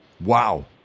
Wow